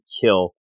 kill